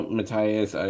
Matthias